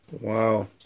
Wow